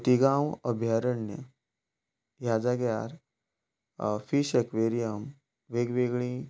खोतिगांव अभयारण्य ह्या जाग्यार फिश एक्वेरियम वेगवेगळीं